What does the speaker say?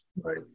Right